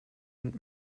und